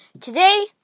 Today